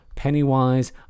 Pennywise